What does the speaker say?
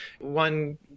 one